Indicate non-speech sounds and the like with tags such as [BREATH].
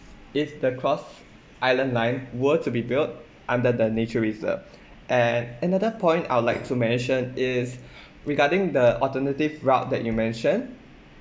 if the cross island line were to be built under the nature reserve [BREATH] and another point I'd like to mention is [BREATH] regarding the alternative route that you mention